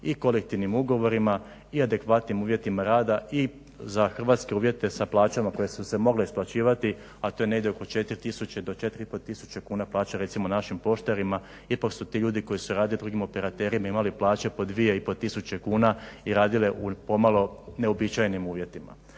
i kolektivnim ugovorima i adekvatnim uvjetima rada i za hrvatske uvjete sa plaćama koje su se mogle isplaćivati, a to je negdje oko 4 tisuće do 4,5 tisuće kuna plaća recimo našim poštarima. Ipak su ti ljudi koji su radili … imali plaće po 2,5 tisuće kuna i radile u pomalo neuobičajenim uvjetima.